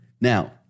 Now